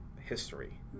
history